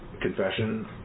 Confession